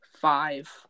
five